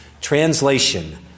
Translation